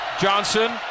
Johnson